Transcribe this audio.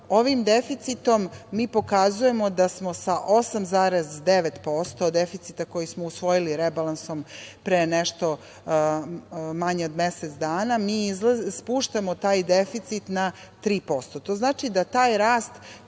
ovim deficitom mi pokazujemo da smo sa 8,9% od deficita koji smo usvojili rebalansom pre nešto manje od mesec dana mi spuštamo taj deficit na 3%.